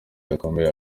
gakomeye